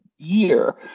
year